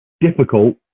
Difficult